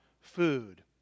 food